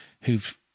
who've